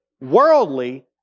worldly